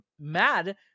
mad